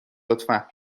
لطفا